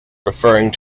referring